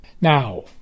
Now